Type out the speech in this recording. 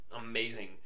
amazing